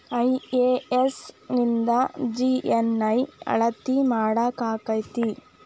IES ನಿಂದ GNI ಅಳತಿ ಮಾಡಾಕಕ್ಕೆತಿ?